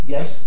Yes